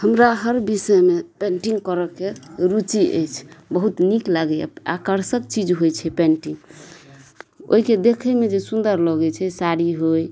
हमरा हर विषयमे पेन्टिंग करऽके रुचि अछि बहुत नीक लागैया आकर्षक चीज होइ छै पेन्टिंग ओहिके देखैमे जे सुन्दर लगै छै साड़ी होइ